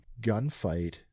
gunfight